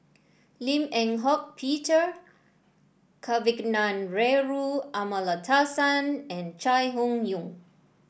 Lim Eng Hock Peter Kavignareru Amallathasan and Chai Hon Yoong